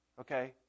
okay